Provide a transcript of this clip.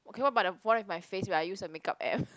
okay what about the one with my face right where I used a makeup app